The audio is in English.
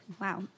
wow